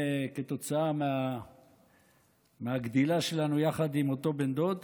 כתוצאה מהגדילה שלנו יחד עם אותו בן דוד,